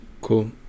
Cool